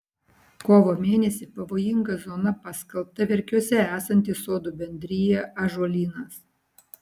kovo mėnesį pavojinga zona paskelbta verkiuose esanti sodų bendrija ąžuolynas